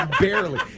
Barely